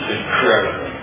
incredible